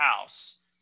house